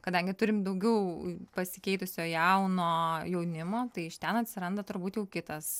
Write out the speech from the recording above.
kadangi turim daugiau pasikeitusio jauno jaunimo tai iš ten atsiranda turbūt jau kitas